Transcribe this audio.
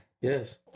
Yes